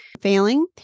failing